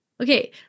Okay